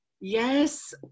Yes